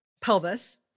pelvis